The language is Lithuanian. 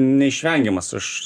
neišvengiamas aš